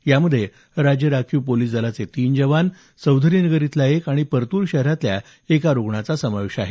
यामध्ये राज्य राखीव पोलिस दलाचे तीन जवान चौधरीनगर इथला एक आणि परतूर शहरातल्या एकाचा समावेश आहे